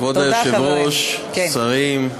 כבוד היושבת-ראש, שרים,